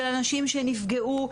של אנשים שנפגעו,